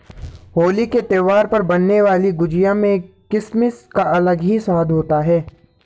होली के त्यौहार पर बनने वाली गुजिया में किसमिस का अलग ही स्वाद होता है